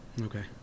Okay